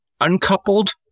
uncoupled